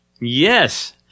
yes